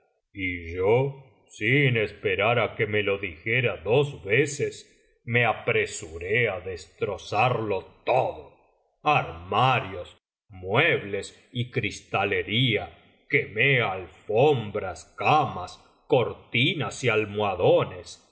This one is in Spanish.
y yo sin esperar á que me lo dijera dos veces me apresuré á destrozarlo todo armarios muebles y cristalería quemé alfombras camas cortinas y almohadones